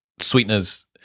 sweeteners